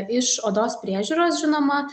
iš odos priežiūros žinoma